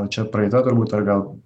čia praeita turbūt ar gal